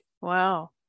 Wow